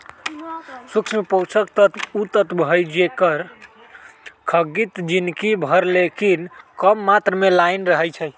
सूक्ष्म पोषक तत्व उ तत्व हइ जेकर खग्गित जिनगी भर लेकिन कम मात्र में लगइत रहै छइ